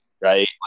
right